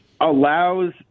allows